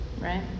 Right